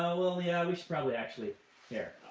we ah we should probably actually here.